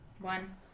One